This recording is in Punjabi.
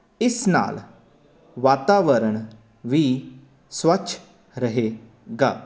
ਇਸ ਨਾਲ ਵਾਤਾਵਰਣ ਵੀ ਸਵੱਛ ਰਹੇਗਾ